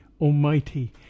Almighty